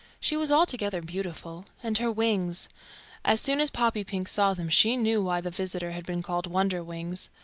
she was altogether beautiful and her wings as soon as poppypink saw them she knew why the visitor had been called wonderwings.